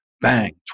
bang